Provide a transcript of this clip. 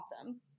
awesome